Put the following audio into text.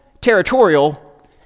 territorial